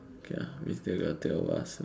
ya it's still the tale of us